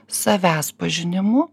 savęs pažinimu